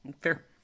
Fair